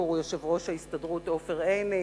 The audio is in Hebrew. היא יושב-ראש ההסתדרות עופר עיני,